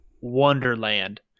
Wonderland